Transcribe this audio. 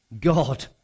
God